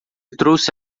trouxe